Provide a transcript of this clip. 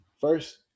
First